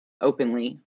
openly